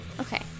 okay